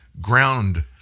ground